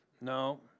No